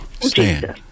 stand